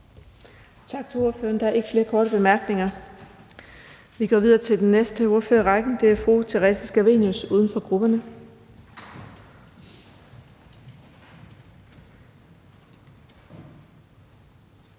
Tak til ordføreren. Der er ikke flere korte bemærkninger. Vi går videre til den næste ordfører i rækken, og det er fru Theresa Scavenius, uden for grupperne.